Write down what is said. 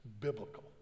biblical